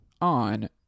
on